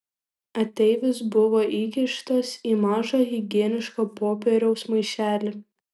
ateivis buvo įkištas į mažą higieniško popieriaus maišelį